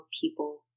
people